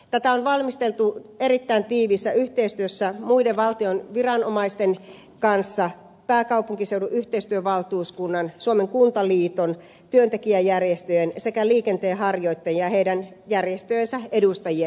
tätä on valmisteltu erittäin tiiviissä yhteistyössä muiden valtion viranomaisten kans sa pääkaupunkiseudun yhteistyövaltuuskunnan suomen kuntaliiton työntekijäjärjestöjen sekä liikenteenharjoittajien ja heidän järjestöjensä edustajien kanssa